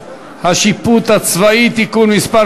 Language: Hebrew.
השיפוט הצבאי (תיקון מס'